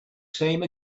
same